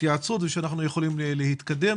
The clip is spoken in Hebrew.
ואנחנו לא יודעים מה יהיה שנה הבאה.